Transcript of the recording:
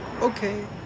okay